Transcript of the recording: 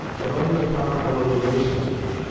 but only upon our relation to them,